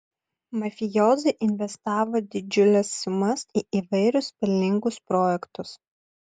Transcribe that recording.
mafijozai investavo didžiules sumas į įvairius pelningus projektus